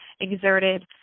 exerted